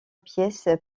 pièce